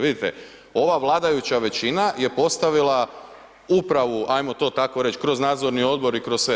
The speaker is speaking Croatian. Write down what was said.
Ali vidite, ova vladajuća većina je postavila upravu hajmo to tako reći kroz nadzorni odbor i kroz sve.